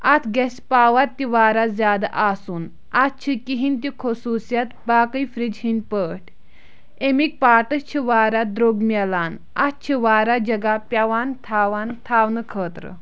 اَتھ گژھِ پاوَر تہِ واریاہ زیادٕ آسُن اَتھ چھِ کِہیٖنۍ تہِ خوٚصوٗصِیَت باقٕے فرج ہِنٛدۍ پٲٹھۍ اَمِکۍ پاٹٕس چھِ واراہ درٛوگ مِلان اَتھ چھِ واریاہ جگہ پیٚوان تھاوان تھاونہٕ خٲطرٕ